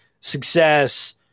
success